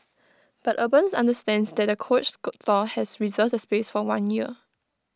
but urban understands that the coach store has reserved the space for one year